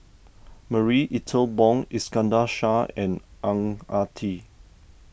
Marie Ethel Bong Iskandar Shah and Ang Ah Tee